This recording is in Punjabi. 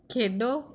ਖੇਡੋ